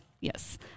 yes